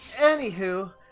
Anywho